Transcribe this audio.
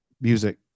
music